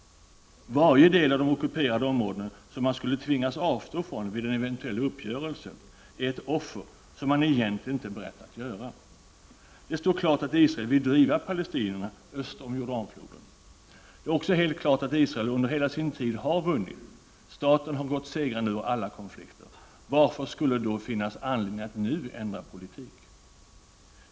Varje del av de ockuperade områdena som man skulle tvingas avstå från vid en eventuell uppgörelse är ett offer som man egentligen inte är beredd att göra. Det står klart att Israel vill driva palestinierna öster om Jordanfloden. Det är också helt klart att Israel under hela sin existens har vunnit. Staten har gått segrande ur alla konflikter. Varför skulle det då finnas anledning att nu ändra politik?